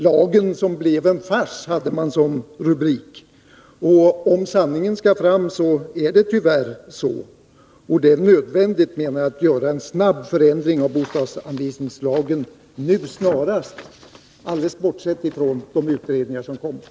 ”Lagen som blev en fars”, lydde en rubrik. Om sanningen skall fram, är det tyvärr så. Det är nödvändigt, menar jag, att göra en förändring i bostadsanvisningslagen nu snarast, alldeles bortsett från de utredningar som kommer.